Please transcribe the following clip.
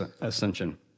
ascension